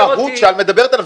-- כל המהות שאת מדברת עליו,